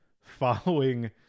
following